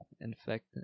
infect